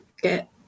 get